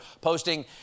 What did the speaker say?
posting